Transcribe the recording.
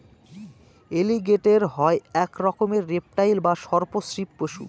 এলিগেটের হয় এক রকমের রেপ্টাইল বা সর্প শ্রীপ পশু